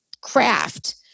craft